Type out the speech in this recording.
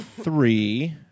three